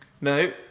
No